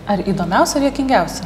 ar įdomiausio ar juokingiausio